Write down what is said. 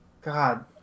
God